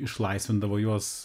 išlaisvindavo juos